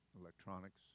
electronics